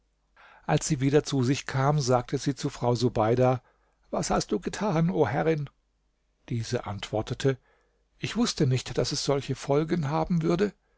als sie wieder zu sich kam sagte sie zu frau subeida was hast du getan o herrin diese antwortete ich wußte nicht daß es solche folgen haben würde